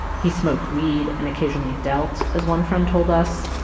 he smoked weed and occasionally dealt, as one friend told us.